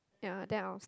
ya then I will